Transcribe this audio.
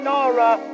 Nora